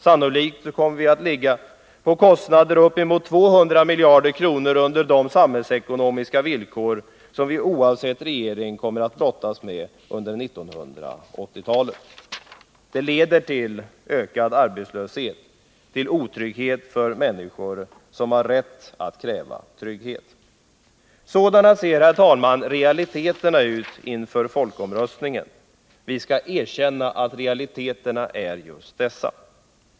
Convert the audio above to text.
Sannolikt kommer vi att ligga på kostnader uppemot 200 miljarder kronor under de samhällsekonomiska villkor som vi oavsett regering kommer att brottas med under 1980-talet. Det leder till ökad arbetslöshet och otrygghet för människorna. Sådana ser, herr talman, realiteterna ut inför folkomröstningen. Vi skall erkänna att realiteterna är just dessa.